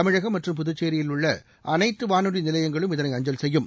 தமிழகம் மற்றும் புதுச்சேரியில் உள்ள அனைத்து வானொலி நிலையங்களும் இதனை அஞ்சல் செய்யும்